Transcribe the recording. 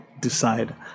Decide